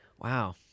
Wow